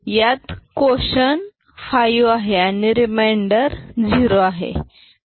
यात कोशन 5 आणि रेमाईंडर 0 आहे